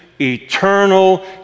eternal